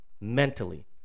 Mentally